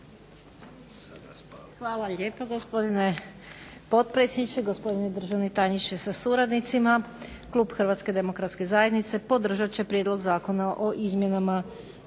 Hvala lijepa gospodine potpredsjedniče, gospodine državni tajniče sa suradnicima. Klub Hrvatske demokratske zajednice podržat će prijedlog zakona o izmjenama